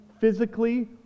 physically